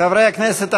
חברי הכנסת,